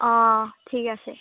অঁ ঠিক আছে